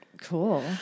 Cool